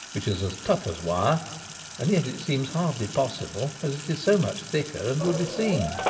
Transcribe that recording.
which is as tough as wire and yet it seems hardly possible, as it is so much thicker and would be seen.